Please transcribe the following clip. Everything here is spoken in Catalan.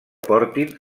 portin